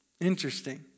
Interesting